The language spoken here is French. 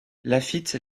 laffitte